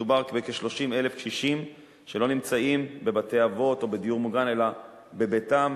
מדובר בכ-30,000 קשישים שלא נמצאים בבתי-אבות או בדיור מוגן אלא בביתם,